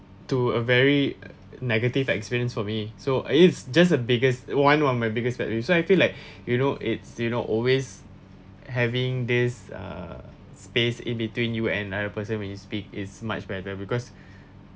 to a very negative experience for me so I is just uh biggest one one of my biggest pet peeves so I feel like you know it's you know always having this uh space in between you another person when you speak is much better because